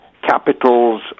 capitals